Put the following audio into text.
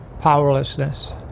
powerlessness